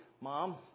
Mom